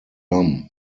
lam